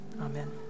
amen